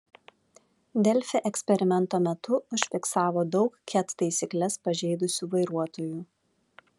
delfi eksperimento metu užfiksavo daug ket taisykles pažeidusių vairuotojų